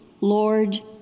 Lord